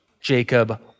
Jacob